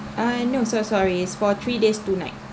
ah no so sorry it's for three days two night